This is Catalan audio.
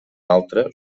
altra